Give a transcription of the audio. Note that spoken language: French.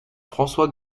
françois